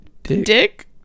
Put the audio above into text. Dick